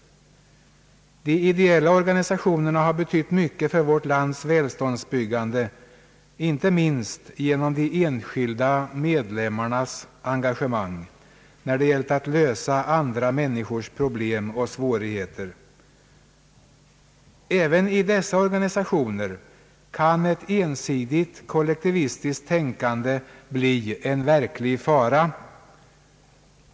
De ideella organisationerna har betytt mycket för vårt lands välståndsbyggande, inte minst genom de enskilda medlemmarnas engagemang när det gällt att lösa andra människors problem och svårigheter. även i dessa organisationer kan ett ensidigt kollektivistiskt tänkande bli en verklig fara.